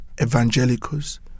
evangelicals